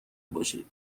باشید